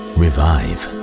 revive